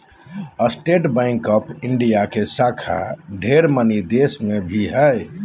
state bank of India के शाखा ढेर मनी देश मे भी हय